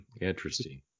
interesting